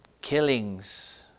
killings